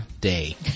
day